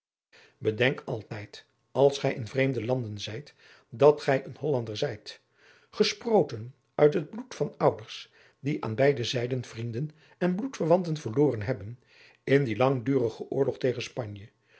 bedenk altijd als gij in vreemde landen zijt dat gij een hollander zijt gesproten uit het bloed van ouders adriaan loosjes pzn het leven van maurits lijnslager die aan beide zijden vrienden en bloedverwanten verloren hebben in dien langdurigen oorlog tegen spanje